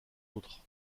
autres